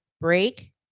break